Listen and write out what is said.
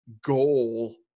goal